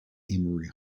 emory